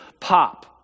pop